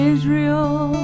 Israel